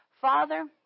Father